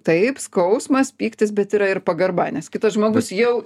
taip skausmas pyktis bet yra ir pagarba nes kitas žmogus jau